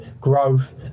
growth